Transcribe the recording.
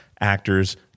actors